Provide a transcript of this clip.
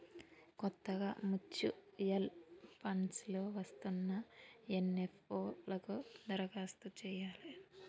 కొత్తగా mutual funds లో వస్తున్న ఎన్.ఎఫ్.ఓ లకు దరఖాస్తు చెయ్యాలే